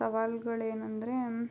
ಸವಾಲ್ಗಳು ಏನಂದರೆ